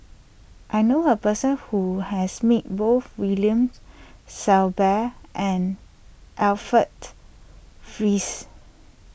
I knew a person who has met both William Shellabear and Alfred Frisby